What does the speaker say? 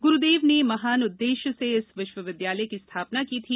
गुरूदेव ने महान उद्देश्य से इस विश्वविद्यालय की स्थापना की थी